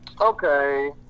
okay